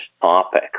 topic